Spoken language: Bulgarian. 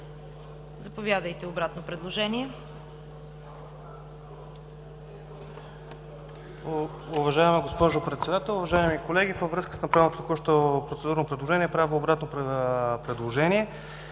Заповядайте за обратно предложение.